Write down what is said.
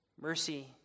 mercy